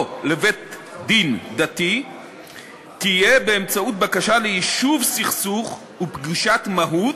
לבית-דין דתי תהיה באמצעות בקשה ליישוב סכסוך ופגישת מהו"ת,